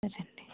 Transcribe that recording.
సరే అండి